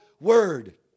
word